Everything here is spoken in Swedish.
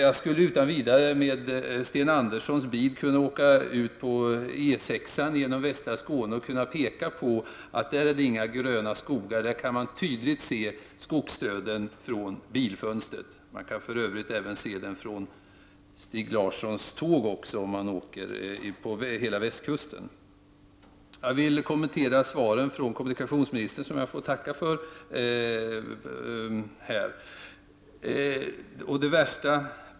Jag skulle utan vidare med hjälp av Sten Anderssons i Malmö bil kunna åka ut på E 6:an genom västra Skåne och peka på att där finns inga gröna skogar. Där kan man tydligt se skogsdöden från bilfönstret. Den går för övrigt även att se från Stig Larssons tåg utefter västkusten. Jag vill kommentera svaren från kommunikationsministern, som jag får tacka för.